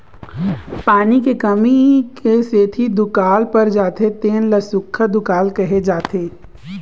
पानी के कमी क सेती दुकाल पर जाथे तेन ल सुक्खा दुकाल कहे जाथे